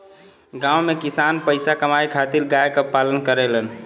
गांव में किसान पईसा कमाए खातिर गाय क पालन करेलन